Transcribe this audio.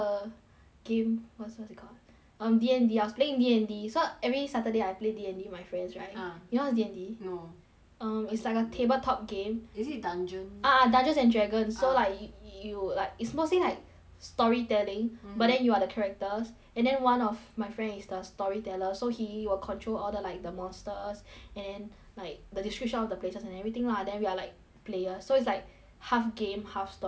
game what's what's it called um D and D I was playing D and D so every saturday I play D and D with my friends right ah you know what's D and D no um it's like a table top game is it dungeon ah ah Dungeons and Dragons so like y~ you like it's mostly like story telling but then you are the characters and then one of my friend is the story teller so he will control all the like the monsters and then like the descriptions of the places and everything lah then we're like players so it's like half game half story kind of thing